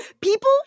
People